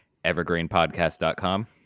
Evergreenpodcast.com